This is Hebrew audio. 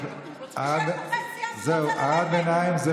הערת ביניים.